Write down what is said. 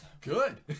Good